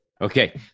Okay